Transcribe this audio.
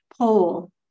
pole